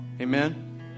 Amen